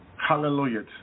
Hallelujah